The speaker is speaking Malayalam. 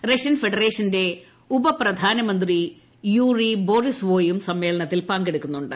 റഷ്യൻ ഫെഡറേഷന്റെ ഉപപ്രധാനമന്ത്രി യൂറി ബോറിസ്വോയും സമ്മേളനത്തിൽ പങ്കെടുക്കുന്നുണ്ട്